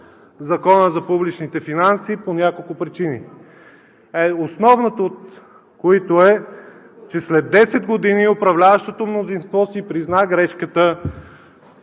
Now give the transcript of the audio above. Закона за публичните финанси по няколко причини, основната от които е, че след 10 години управляващото мнозинство си призна грешката,